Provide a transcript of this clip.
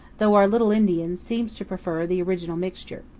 though our little indian seems to prefer the original mixture.